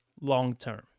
long-term